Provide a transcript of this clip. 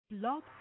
Love